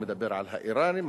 הוא מדבר על האירנים,